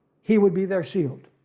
he would be their shield.